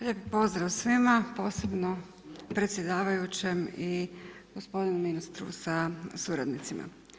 Lijepi pozdrav svima, posebno predsjedavajućem i gospodinu ministru sa suradnicima.